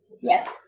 Yes